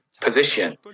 position